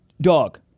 dog